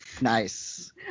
nice